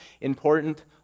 important